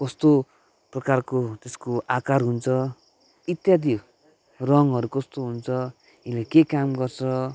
कस्तो प्रकारको त्यसको आकार हुन्छ इत्यादि रङहरू कस्तो हुन्छ यसले के काम गर्छ